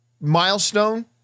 milestone